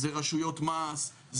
רשויות מס,